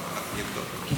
אנחנו נבדוק את זה.